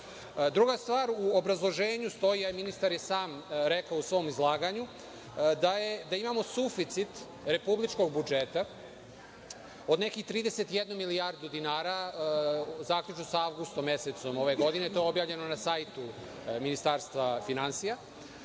stvar, u obrazloženju stoji, ministar je sam rekao u svom izlaganju da imamo suficit republičkog budžeta od nekih 31 milijardu dinara, zaključno sa avgustom mesecom ove godine, to je objavljeno na sajtu Ministarstva finansija,